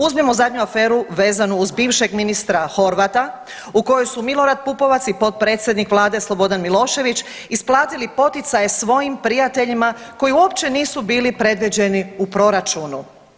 Uzmimo zadnju aferu vezanu uz bivšeg ministra Horvata u kojoj su Milorad Pupovac i potpredsjednik Vlade Slobodan Milošević isplatili poticaje svojim prijateljima koji uopće nisu bili predviđeni u proračunu.